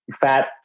Fat